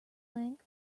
length